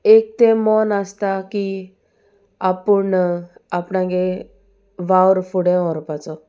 एक तें मन आसता की आपूण आपणागे वावर फुडें व्हरपाचो